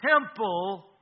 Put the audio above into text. temple